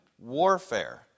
warfare